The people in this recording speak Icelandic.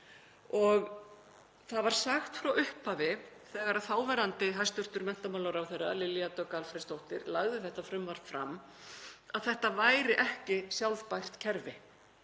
Það var sagt frá upphafi, þegar þáverandi hæstv. menntamálaráðherra, Lilja Dögg Alfreðsdóttir, lagði þetta frumvarp fram að þetta væri ekki sjálfbært kerfi.